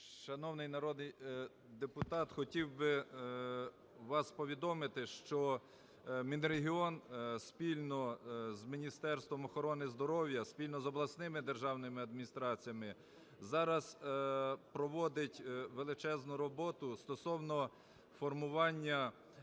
Шановний народний депутат, хотів би вас повідомити, що Мінрегіон спільно з Міністерством охорони здоров'я, спільно з обласними державними адміністраціями зараз проводить величезну роботу стосовно формування